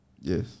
Yes